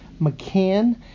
McCann